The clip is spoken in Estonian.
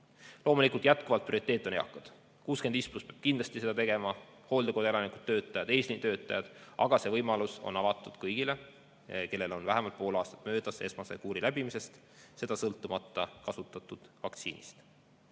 Loomulikult on jätkuvalt prioriteet eakad. Vanuserühm 65+ peab kindlasti seda tegema, hooldekodu elanikud ja töötajad, eesliinitöötajad samuti, aga see võimalus on avatud kõigile, kellel on vähemalt pool aastat möödas esmase kuuri läbimisest, seda sõltumata kasutatud vaktsiinist.